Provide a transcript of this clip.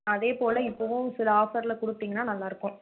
அதேப்போல் இப்போதும் சில ஆஃப்பரில் கொடுத்திங்கன்னா நல்லாயிருக்கும்